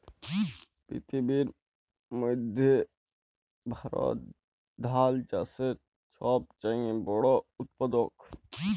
পিথিবীর মইধ্যে ভারত ধাল চাষের ছব চাঁয়ে বড় উৎপাদক